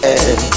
end